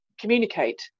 communicate